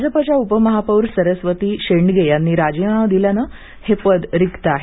भाजपच्या उपमहापौर सरस्वती शेंडगे यांनी राजीनामा दिल्यानं हे पद रिक्त आहे